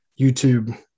YouTube